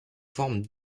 forme